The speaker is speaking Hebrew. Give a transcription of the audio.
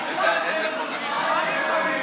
אלקטרונית.